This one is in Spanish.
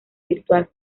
virtual